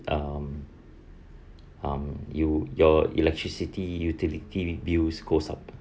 um um you your electricity utility bills goes up